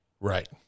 Right